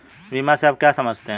बीमा से आप क्या समझते हैं?